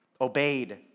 obeyed